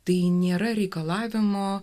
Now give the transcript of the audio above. tai nėra reikalavimo